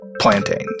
plantains